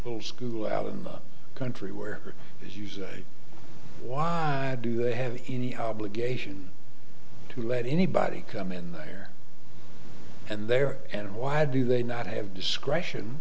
school out in the country where you say why do they have any obligation to let anybody come in there and there and why do they not have discretion